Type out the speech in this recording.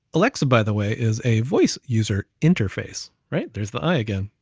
alexa, by the way is a voice user interface, right? there's the i again.